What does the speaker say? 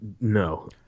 no